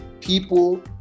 people